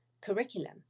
curriculum